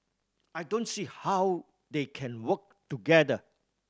I don't see how they can work together